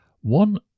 One